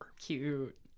Cute